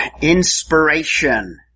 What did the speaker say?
inspiration